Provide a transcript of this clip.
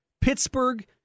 Pittsburgh